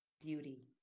beauty